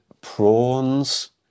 prawns